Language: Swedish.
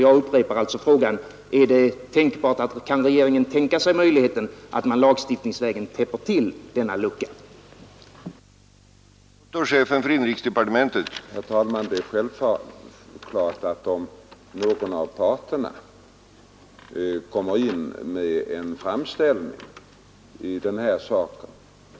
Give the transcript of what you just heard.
Jag upprepar alltså min fråga: Kan regeringen tänka sig möjligheten att lagstiftningsvägen täppa till denna lucka i lagen?